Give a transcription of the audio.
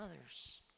others